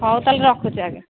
ହଉ ତା'ହେଲେ ରଖୁଛି ଆଜ୍ଞା